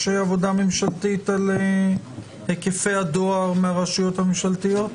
יש עבודה ממשלתית על היקפי הדואר מהרשויות הממשלתיות?